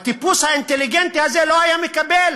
הטיפוס האינטליגנטי הזה לא היה מקבל